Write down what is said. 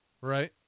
Right